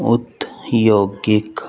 ਉਦਯੋਗਿਕ